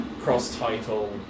cross-title